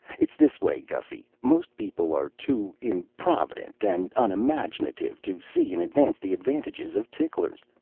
it's this way, gussy most people are too improvident and unimaginative to see in advance the advantages of ticklers.